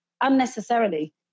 unnecessarily